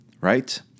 right